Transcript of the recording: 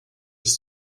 ist